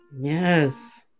Yes